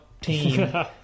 team